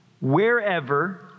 Wherever